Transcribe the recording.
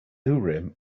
urim